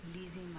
Lizzie